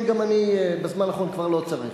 כן, גם אני בזמן האחרון כבר לא צריך.